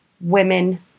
women